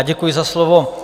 Děkuji za slovo.